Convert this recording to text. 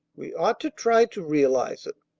we ought to try to realize it.